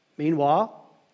Meanwhile